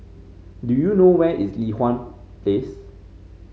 do you know where is Li Hwan Place